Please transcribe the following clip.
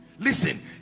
listen